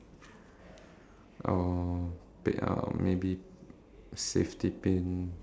industrial strength uh soccer ball tennis ball